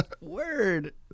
Word